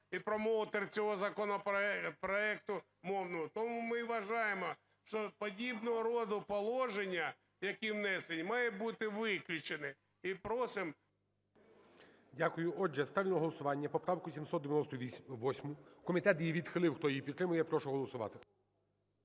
і промоутер цього законопроекту мовного? Тому ми і вважаємо, що подібного роду положення, яке внесено, має бути виключене. І просимо… ГОЛОВУЮЧИЙ. Дякую. Отже, ставлю на голосування поправку 798. Комітет її відхилив. Хто її підтримує, прошу голосувати.